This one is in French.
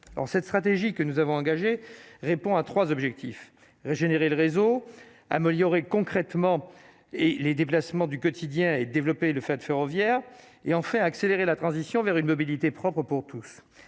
cette stratégie que nous avons engagée répond à 3 objectifs : régénérer le réseau améliorer concrètement et les déplacements du quotidien et développer le fait ferroviaire et en fait accélérer la transition vers une mobilité propre pour tous,